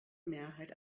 mehrheit